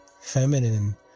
feminine